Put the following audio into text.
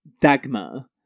Dagmar